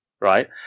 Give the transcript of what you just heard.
right